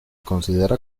considera